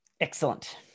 Excellent